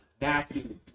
Matthew